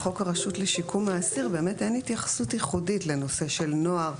בחוק הרשות לשיקום האסיר באמת אין התייחסות ייחודית לנושא של נוער,